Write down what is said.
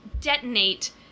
detonate